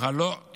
מחלות